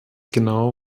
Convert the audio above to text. genau